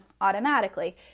automatically